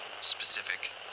Specific